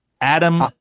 Adam